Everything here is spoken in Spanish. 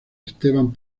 esteban